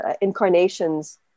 incarnations